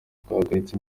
twahagaritse